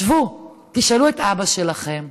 שבו, תשאלו את אבא שלכם,